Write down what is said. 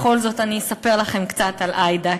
בכל זאת אני אספר לכם קצת על עאידה,